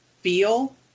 feel